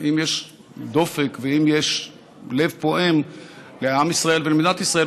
אם יש דופק ואם יש לב פועם לעם ישראל ולמדינת ישראל,